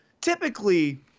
typically